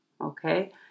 okay